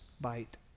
bite